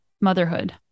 motherhood